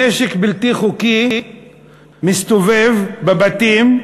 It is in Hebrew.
נשק בלתי חוקי מסתובב בבתים,